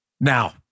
Now